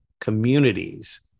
communities